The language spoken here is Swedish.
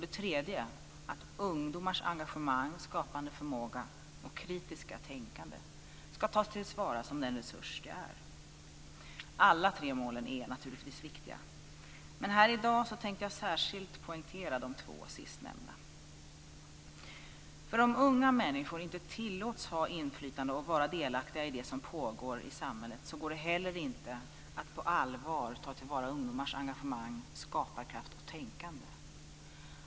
Det tredje målet är att ungdomars engagemang, skapande förmåga och kritiska tänkande ska tas till vara som den resurs det är. Alla tre målen är naturligtvis viktiga. Men här i dag tänkte jag särskilt poängtera de två sistnämnda. Om unga människor inte tillåts ha inflytande och vara delaktiga i det som pågår i samhället, så går det heller inte att på allvar ta till vara ungdomars engagemang, skaparkraft och tänkande.